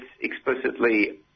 explicitly